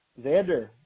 Xander